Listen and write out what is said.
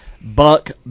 Buck